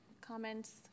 comments